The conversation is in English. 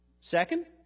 Second